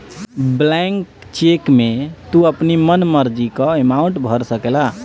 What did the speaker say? blank check में तू अपनी मन मर्जी कअ अमाउंट भर सकेला